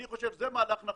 אני חושב שזה מהלך נכון.